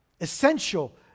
essential